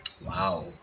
wow